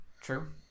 true